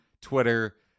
Twitter